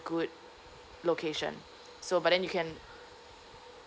good location so but then you can